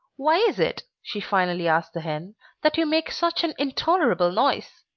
why is it, she finally asked the hen, that you make such an intolerable noise?